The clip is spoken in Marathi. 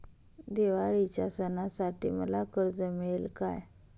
दिवाळीच्या सणासाठी मला कर्ज मिळेल काय?